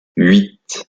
huit